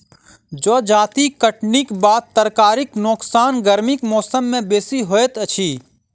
जजाति कटनीक बाद तरकारीक नोकसान गर्मीक मौसम मे बेसी होइत अछि